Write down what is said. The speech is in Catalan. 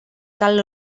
cal